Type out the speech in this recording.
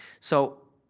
so,